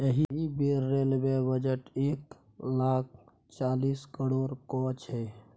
एहि बेर railway budget एक लाख चालीस करोड़क छै